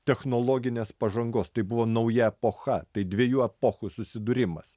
technologinės pažangos tai buvo nauja epocha tai dviejų epochų susidūrimas